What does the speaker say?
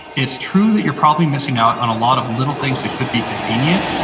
it's true that you're probably missing out on a lot of little things that could be convenient,